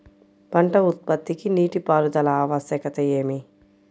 పంట ఉత్పత్తికి నీటిపారుదల ఆవశ్యకత ఏమి?